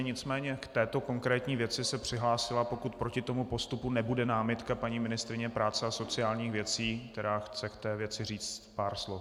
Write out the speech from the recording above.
Nicméně k této konkrétní věci se přihlásila, pokud proti tomuto postupu nebude námitka, paní ministryně práce a sociálních věcí, která chce k té věci říct několik slov.